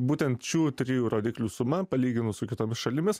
būtent šių trijų rodiklių suma palyginus su kitomis šalimis